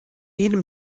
jedem